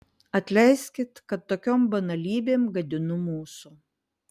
atleiskit kad tokiom banalybėm gadinu mūsų